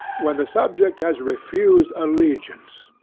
when the subject has refused allegiance,